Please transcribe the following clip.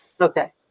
okay